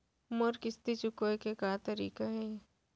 मोर किस्ती चुकोय के तारीक का हे?